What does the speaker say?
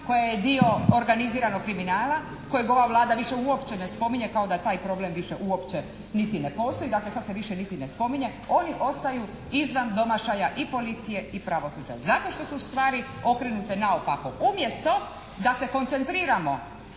koja je dio organiziranog kriminala kojeg ova Vlada više uopće ne spominje, kao da taj problem više uopće niti ne postoji, dakle sad se više niti ne spominje, oni ostaju izvan domašaja i policije i pravosuđa. Zato što su stvari okrenute naopako. Umjesto da se koncentriramo